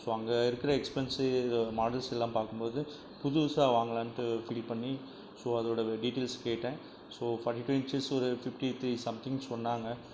so அங்கே இருக்கிற expense மாடல்ஸ்யெல்லாம் பார்க்கும் போது புதுசாக வாங்கலான்ட்டு ஃபீல் பண்ணி ஸோ அதோட டீடெயில்ஸ் கேட்டேன் ஸோ ஃபாட்டி ஃபைவ் இஞ்சஸ் ஒரு ஃபிஃப்டி த்ரீ சம்திங் சொன்னாங்க